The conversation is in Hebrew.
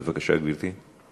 בבקשה, גברתי.